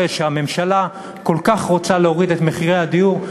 שהממשלה כל כך רוצה להוריד את מחירי הדיור,